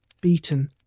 beaten